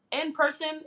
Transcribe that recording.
in-person